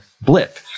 blip